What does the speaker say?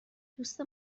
دوست